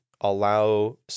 allow